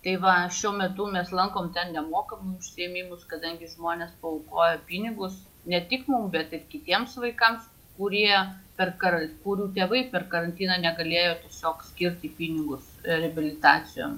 tai va šiuo metu mes lankom ten nemokamus užsiėmimus kadangi žmonės paaukoja pinigus ne tik mum bet ir kitiems vaikams kurie per kara kurių tėvai per karantiną negalėjo tiesiog skirti pinigus reabilitacijom